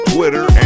Twitter